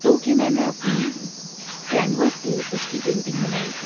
تو کہ میں نے اپنی کینوس پہ اس کی پینٹنگ بنائی